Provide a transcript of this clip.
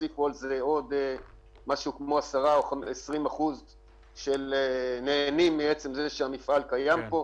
תוסיפו על זה כ-10%-20% שנהנים מעצם זה שהמפעל קיים פה.